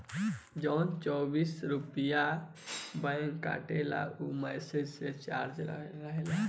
जवन चौबीस रुपइया बैंक काटेला ऊ मैसेज के चार्ज रहेला